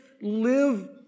live